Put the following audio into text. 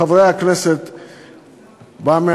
לחברי הכנסת במליאה,